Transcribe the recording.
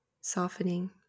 softening